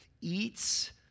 eats